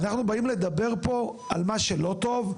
אנחנו באים לדבר פה על מה שלא טוב,